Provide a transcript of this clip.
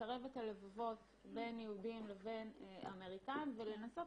לקרב את הלבבות בין יהודים לבין אמריקאים ולנסות